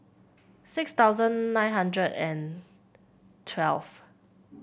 six thousand nine hundred and twelfth